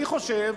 אני חושב,